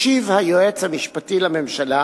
השיב היועץ המשפטי לממשלה,